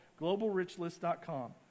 globalrichlist.com